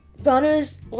Bono's